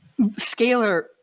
scalar